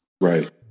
Right